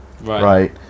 right